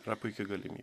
yra puiki galimy